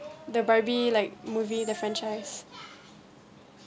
the barbie like movie the franchise